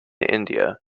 india